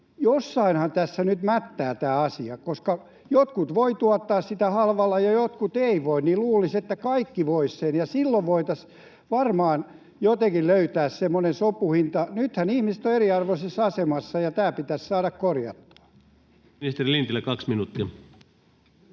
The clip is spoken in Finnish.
Jossainhan tässä nyt mättää tämä asia, koska jotkut voivat tuottaa sitä halvalla ja jotkut eivät voi. Luulisi, että kaikki voisivat, ja silloin voitaisiin varmaan jotenkin löytää semmoinen sopuhinta. Nythän ihmiset ovat eriarvoisessa asemassa, ja tämä pitäisi saada korjattua. Ministeri Lintilä, kaksi minuuttia.